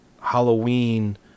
Halloween